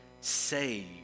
saved